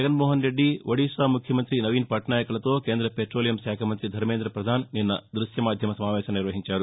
జగన్ మోహన్ రెడ్డి ఒడిషా ముఖ్యమంత్రి నవీన్ పట్నాయక్లతో కేంద్ర పెట్రోలియం శాఖ మంతి ధర్మేంద్రప్రదాన్ నిన్న దృశ్య మాధ్యమ సమావేశం నిర్వహించారు